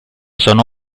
sono